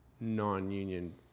non-union